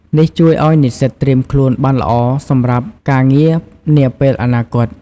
នេះជួយឱ្យនិស្សិតត្រៀមខ្លួនបានល្អសម្រាប់ការងារនាពេលអនាគត។